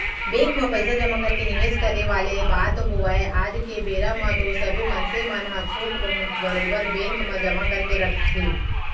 bank म पइसा जमा करके निवेस करे वाले बात होवय आज के बेरा म तो सबे मनसे मन ह थोक बहुत बरोबर बेंक म जमा करके रखथे